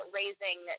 raising